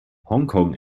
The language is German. hongkong